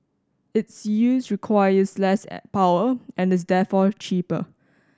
its use requires less power and is therefore cheaper